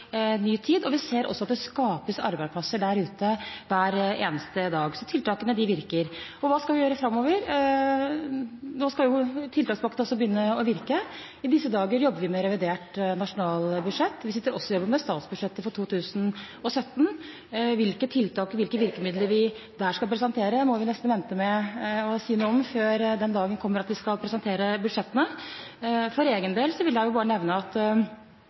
ny tid, og vi ser at det hver eneste dag skapes arbeidsplasser der ute. Tiltakene virker. Hva skal vi gjøre framover? Nå skal tiltakspakken begynne å virke. I disse dager jobber vi med revidert nasjonalbudsjett. Vi sitter også og jobber med statsbudsjettet for 2017. Hvilke tiltak og hvilke virkemidler vi der skal presentere, må vi nesten vente med å si noe om til den dagen kommer da vi skal presentere budsjettene. For egen del vil jeg bare nevne at